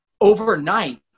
overnight